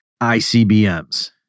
ICBMs